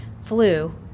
flu